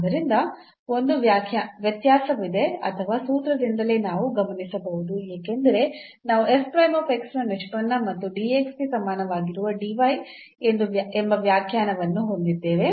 ಆದ್ದರಿಂದ ಒಂದು ವ್ಯತ್ಯಾಸವಿದೆ ಅಥವಾ ಸೂತ್ರದಿಂದಲೇ ನಾವು ಗಮನಿಸಬಹುದು ಏಕೆಂದರೆ ನಾವು ನ ನಿಷ್ಪನ್ನ ಮತ್ತು ಗೆ ಸಮಾನವಾಗಿರುವ ಎಂಬ ವ್ಯಾಖ್ಯಾನವನ್ನು ಹೊಂದಿದ್ದೇವೆ